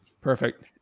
perfect